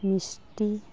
ᱢᱤᱥᱴᱤ